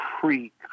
Creek